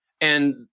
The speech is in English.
And-